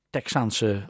Texaanse